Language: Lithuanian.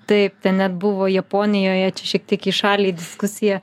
taip ten net buvo japonijoje čia šiek tiek į šalį diskusija